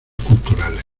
culturales